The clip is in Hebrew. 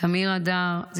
תמיר אדר,